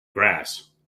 grass